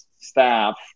staff